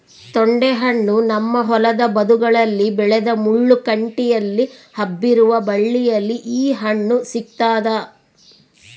ತೊಂಡೆಹಣ್ಣು ನಮ್ಮ ಹೊಲದ ಬದುಗಳಲ್ಲಿ ಬೆಳೆದ ಮುಳ್ಳು ಕಂಟಿಯಲ್ಲಿ ಹಬ್ಬಿರುವ ಬಳ್ಳಿಯಲ್ಲಿ ಈ ಹಣ್ಣು ಸಿಗ್ತಾದ